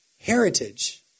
heritage